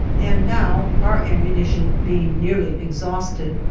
and now, our ammunition being nearly exhausted,